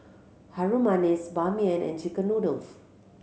Harum Manis Ban Mian and chicken noodles